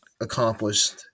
accomplished